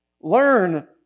Learn